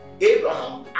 Abraham